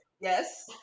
yes